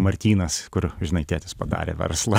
martynas kur žinai tėtis padarė verslą